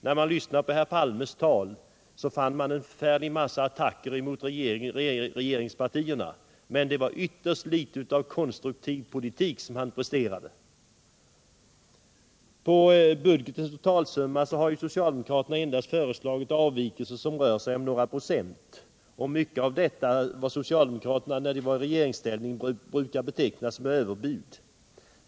Då man lyssnade på herr Palmes tal fann man en massa attacker mot regeringspartierna, men det var ytterst litet av konstruktiv politik som han presterade. På budgetens totalsumma har ju socialdemokraterna endast föreslagit avvikelser som rör sig om några procent. Mycket av detta är vad socialdemokraterna, när de var i regeringsställning, brukade beteckna som överbud.